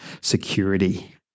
security